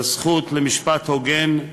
בזכות למשפט הוגן,